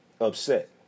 Upset